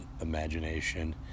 imagination